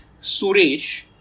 Suresh